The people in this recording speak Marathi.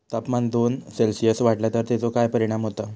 तापमान दोन सेल्सिअस वाढला तर तेचो काय परिणाम होता?